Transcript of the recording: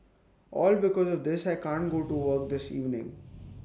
all because of this I can't go to work this morning